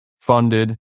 funded